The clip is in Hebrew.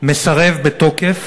מסרב בתוקף